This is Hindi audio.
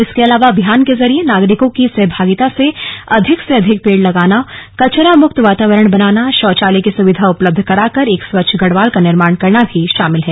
इसके अलावा अभियान के जरिए नागरिकों की सहभागिता से अधिक से अधिक पेड़ लगाना कचरा मुक्त वातावरण बनाना शौचालय की सुविधा उपलब्ध कराकर एक स्वच्छ गढ़वाल का निर्माण करना भी शार्मिल है